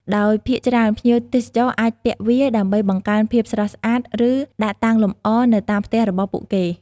ដោយភាគច្រើនភ្ញៀវទេសចរអាចពាក់វាដើម្បីបង្កើនភាពស្រស់ស្អាត ឬដាក់តាំងលម្អនៅតាមផ្ទះរបស់ពួកគេ។